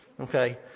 Okay